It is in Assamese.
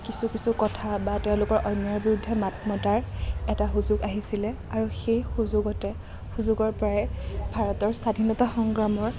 কিছু কিছু কথা বা তেওঁলোকৰ অন্যায়ৰ বিৰুদ্ধে মাত মতাৰ এটা সুযোগ আহিছিলে আৰু সেই সুযোগতে সুযোগৰ পৰাই ভাৰতৰ স্বাধীনতা সংগ্ৰামৰ